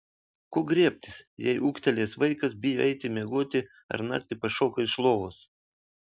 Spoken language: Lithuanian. ko griebtis jei ūgtelėjęs vaikas bijo eiti miegoti ar naktį pašoka iš lovos